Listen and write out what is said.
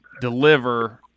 deliver